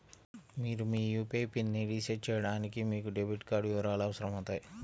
మీరు మీ యూ.పీ.ఐ పిన్ని రీసెట్ చేయడానికి మీకు డెబిట్ కార్డ్ వివరాలు అవసరమవుతాయి